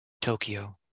Tokyo